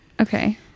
okay